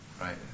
right